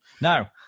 Now